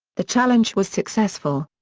the challenge was successful.